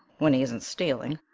when he isn't stealing.